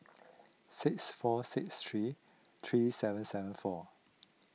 six four six three three seven seven four